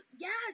yes